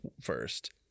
first